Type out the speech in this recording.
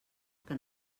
que